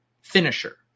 finisher